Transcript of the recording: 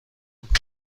میکنم